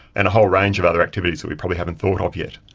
and a whole range of other activities that we probably haven't thought of yet.